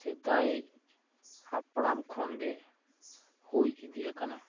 ᱥᱮᱫᱟᱭ ᱦᱟᱯᱲᱟᱢ ᱠᱷᱚᱱ ᱜᱮ ᱦᱩᱭ ᱤᱫᱤᱜ ᱟᱠᱟᱱᱟ